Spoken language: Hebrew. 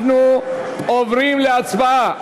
אנחנו עוברים להצבעה.